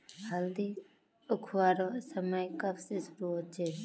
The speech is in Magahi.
हल्दी उखरवार समय कब से शुरू होचए?